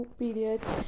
periods